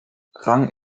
rang